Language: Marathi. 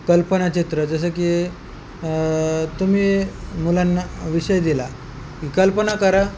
कल्पनाचित्र जसं की तुम्ही मुलांना विषय दिला की कल्पना करा